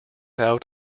out